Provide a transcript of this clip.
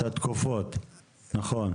את התקופות, נכון.